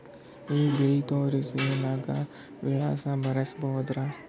ಈ ಬಿಲ್ ತೋಸ್ರಿ ಆಧಾರ ನಾಗ ವಿಳಾಸ ಬರಸಬೋದರ?